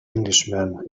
englishman